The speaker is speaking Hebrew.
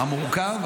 המורכב,